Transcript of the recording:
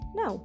no